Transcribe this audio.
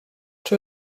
czy